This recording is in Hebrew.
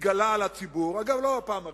שהתגלה לציבור, ולא בפעם הראשונה,